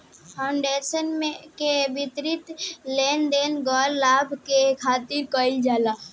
foundation के वित्तीय लेन देन गैर लाभ के खातिर कईल जाला